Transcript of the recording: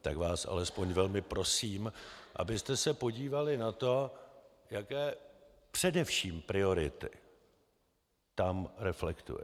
Tak vás alespoň velmi prosím, abyste se podívali na to, jaké především priority tam reflektujete.